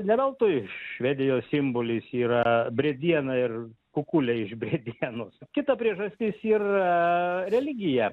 ne veltui švedijos simbolis yra briediena ir kukuliai iš briedienos kita priežastis yra religija